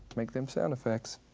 make them sound effects.